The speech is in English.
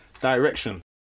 direction